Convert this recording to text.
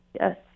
Yes